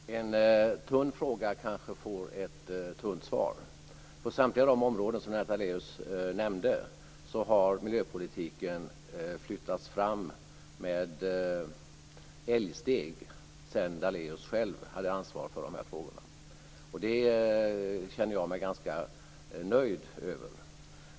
Fru talman! En tunn fråga får kanske ett tunt svar. På samtliga områden som Lennart Daléus nämnde har miljöpolitiken flyttats fram med älgsteg sedan Daléus själv var med och hade ansvar för dessa frågor. Det känner jag mig ganska nöjd över.